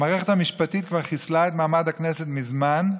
המערכת המשפטית כבר חיסלה את מעמד הכנסת מזמן,